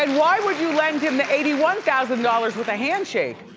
and why would you lend him the eighty one thousand dollars with a handshake?